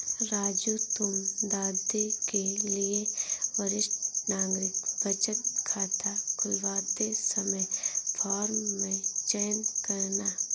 राजू तुम दादी के लिए वरिष्ठ नागरिक बचत खाता खुलवाते समय फॉर्म में चयन करना